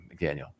McDaniel